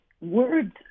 words